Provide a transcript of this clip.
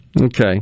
Okay